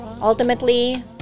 Ultimately